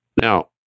Now